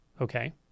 Okay